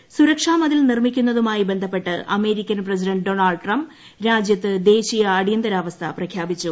അതിർത്തിയിൽ സുരക്ഷാ മതിൽ നിർമ്മിക്കുന്നതുമായി ബന്ധപ്പെട്ട് അമേരിക്കൻ പ്രസിഡന്റ് ഡോണൾഡ് ട്രംപ് രാജൃത്ത് ദേശീയ അടിയന്തരാവസ്ഥ പ്രഖ്യാപിച്ചു